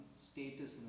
status